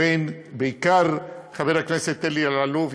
בעיקר בין חבר הכנסת אלי אלאלוף,